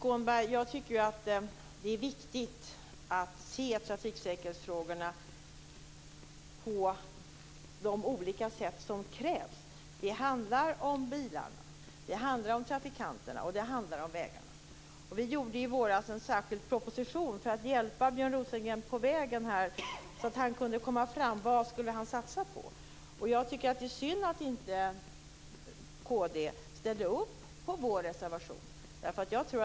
Fru talman! Det är viktigt att se trafiksäkerhetsfrågorna på de olika sätt som krävs. Det handlar om bilarna, om trafikanterna och om vägarna. I våras lade vi fram en "proposition" för att hjälpa Björn Rosengren på vägen så att han skulle kunna komma fram till vad han skulle satsa på. Det är synd att kd inte ställde upp på vår reservation.